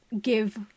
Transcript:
give